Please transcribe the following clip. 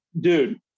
dude